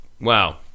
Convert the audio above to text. wow